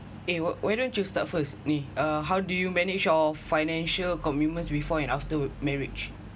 eh why why don't you start firstly uh how do you manage your financial commitments before and after marriage